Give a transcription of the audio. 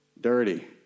dirty